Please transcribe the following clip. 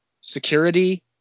security